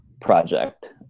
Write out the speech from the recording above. project